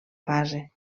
fase